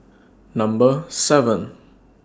Number seven